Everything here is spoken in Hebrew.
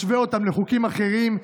משווה אותן לחוקים אחרים,